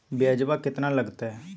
ब्यजवा केतना लगते?